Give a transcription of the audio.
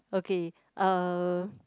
okay uh